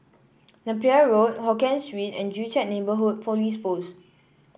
Napier Road Hokien Street and Joo Chiat Neighbourhood Police Post